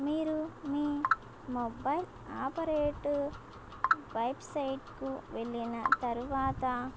మీరు మీ mobile operator వెబ్సైట్కు వెళ్ళిన తరువాత